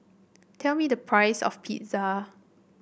tell me the price of Pizza